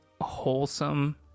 wholesome